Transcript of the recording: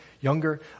younger